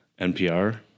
NPR